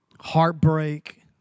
heartbreak